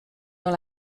dans